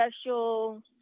special